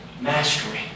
mastery